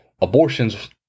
Abortion's